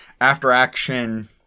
after-action